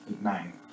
Nine